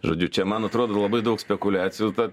žodžiu čia man atrodo labai daug spekuliacijų ta